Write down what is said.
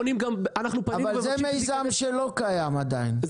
זה מיזם שלא קיים עדיין,